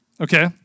Okay